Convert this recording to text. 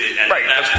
Right